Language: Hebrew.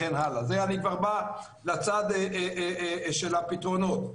בזה אני כבר בא לצד של הפתרונות.